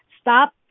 stop